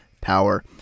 power